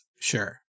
Sure